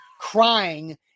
crying –